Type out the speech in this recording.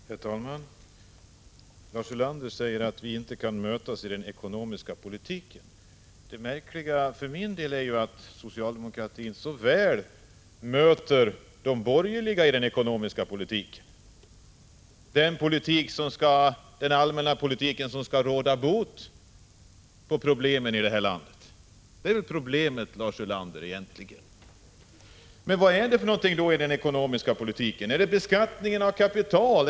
Herr talman! Lars Ulander säger att vi inte kan mötas i den ekonomiska politiken. Det märkliga är, tycker jag, att socialdemokratin så väl möter de borgerliga i den ekonomiska politiken, den allmänna politik som skall råda bot på problemen här i landet. Vad är det för någonting i den ekonomiska politiken som gör att vi inte kan mötas? Är det beskattningen av kapital?